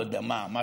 לא יודע מה,